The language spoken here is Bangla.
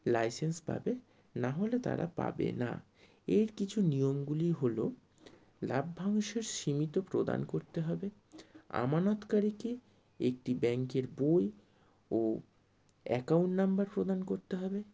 লাইসেন্স পাবে নাহলে তারা পাবে না এর কিছু নিয়মগুলি হলো লাভ্যাংশের সীমিত প্রদান করতে হবে আমানতকারীকে একটি ব্যাঙ্কের বই ও অ্যাকাউন্ট নাম্বার প্রদান করতে হবে